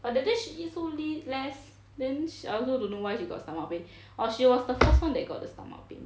but that day she eat so li~ less then I also don't know why she got stomach pain orh she was the first [one] that got the stomach pain